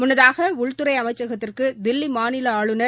முன்னதாகஉள்துறைஅமைச்சகத்திற்குதில்லிமாநிலஆளுநர்